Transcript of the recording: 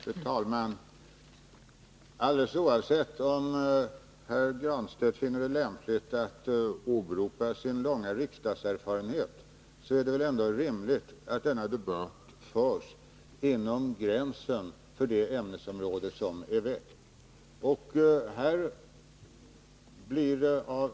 Fru talman! Alldeles oavsett om herr Granstedt finner det lämpligt att åberopa sin långa riksdagserfarenhet är det väl ändå rimligt att denna debatt förs inom gränsen för det ämnesområde som är aktualiserat.